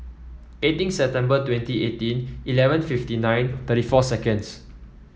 eighteen September twenty eighteen eleven fifty nine thirty four seconds